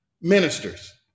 Ministers